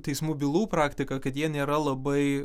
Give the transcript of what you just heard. teismų bylų praktika kad jie nėra labai